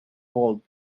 bulb